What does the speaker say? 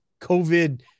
COVID